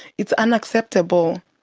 it's unacceptable.